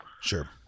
Sure